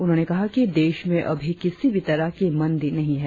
उन्होंने कहा कि देश में अभी किसी भी तरह की मंदी नहीं है